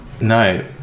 No